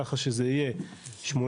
ככה שזה יהיה שמונה,